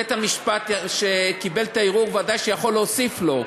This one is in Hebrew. בית-המשפט שקיבל את הערעור ודאי יכול להוסיף לו.